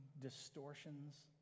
distortions